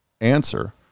answer